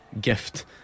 gift